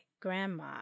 grandma